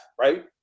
right